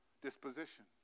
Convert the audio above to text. disposition